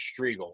Striegel